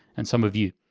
and some of you.